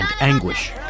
anguish